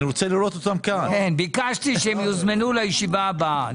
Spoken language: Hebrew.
ביקשתי שיוזמנו לישיבה הבאה.